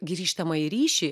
grįžtamąjį ryšį